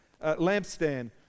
lampstand